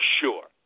sure